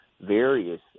various